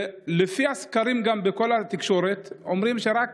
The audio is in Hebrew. והסקרים בכל התקשורת אומרים שרק